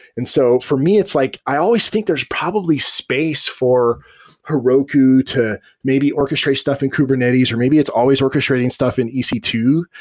and so for me, it's like i always think there's probably space for heroku to maybe orchestrate stuff in kubernetes, or maybe it's always orchestrating stuff in e c two.